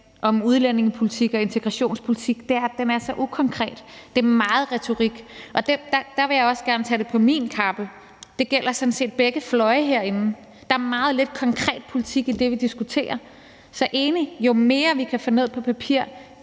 om udlændingepolitik og integrationspolitik, er, at den er så ukonkret. Der er meget retorik, og det vil jeg også gerne tage på min kappe. Det gælder sådan set begge for fløje herinde, at der er meget lidt konkret politik i det, vi diskuterer. Så jeg er enig; jo mere, vi kan få ned på papir